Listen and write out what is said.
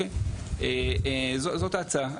זאת ההצעה.